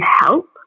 help